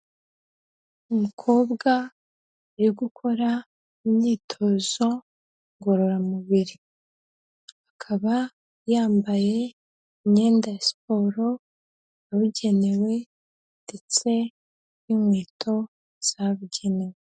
Umukobwa uri gukora imyitozo ngororamubiri, akaba yambaye imyenda ya siporo yabugenewe ndetse n'inkweto zabugenewe.